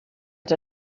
els